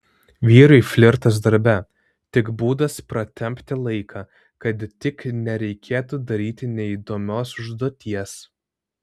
vyrui flirtas darbe tik būdas pratempti laiką kad tik nereikėtų daryti neįdomios užduoties